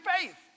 faith